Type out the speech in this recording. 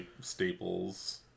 staples